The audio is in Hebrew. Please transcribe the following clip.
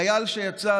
חייל שיצא,